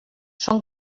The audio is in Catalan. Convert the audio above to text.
són